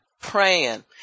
praying